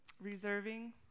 reserving